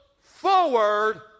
forward